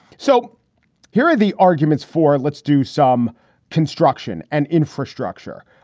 so here are the arguments for. let's do some construction and infrastructure.